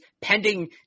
pending